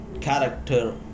character